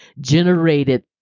generated